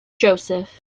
joseph